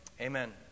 Amen